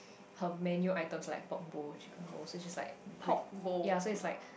her menu items are like pork bowl chicken bowl so it's just like great yeah so it's like